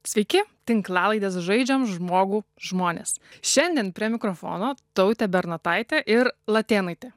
sveiki tinklalaidės žaidžiame žmogų žmonės šiandien prie mikrofono tautė bernotaitė ir latėnaitė